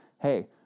hey